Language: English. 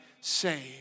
saved